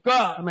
God